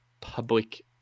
public